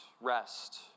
rest